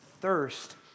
thirst